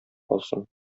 калсын